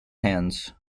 hands